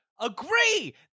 agree